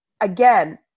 again